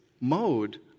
mode